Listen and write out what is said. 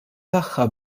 tagħha